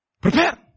Prepare